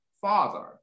father